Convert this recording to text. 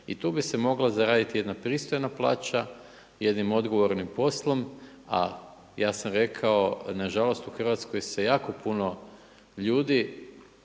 i tu bi se mogla zaraditi jedna pristojna plaća jednim odgovornim poslom. A ja sam rekao, na žalost u Hrvatskoj se jako puno ljudi